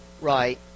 Right